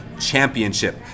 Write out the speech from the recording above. Championship